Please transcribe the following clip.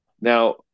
Now